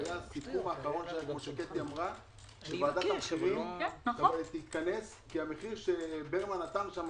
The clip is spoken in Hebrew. והיה סיכום אחרון שוועדת המחירים תתכנס כי המחיר שברמן נתן שם,